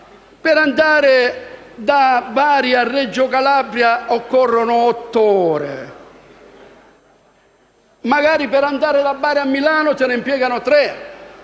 per andare da Bari a Reggio Calabria occorrano otto ore e magari per andare da Bari a Milano se ne impieghino tre